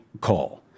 call